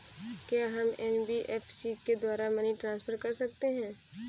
क्या हम एन.बी.एफ.सी के द्वारा मनी ट्रांसफर कर सकते हैं?